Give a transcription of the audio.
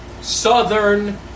Southern